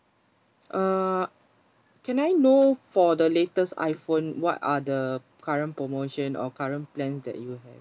uh can I know for the latest iPhone what are the current promotion or current plans that you have